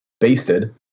basted